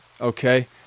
okay